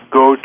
go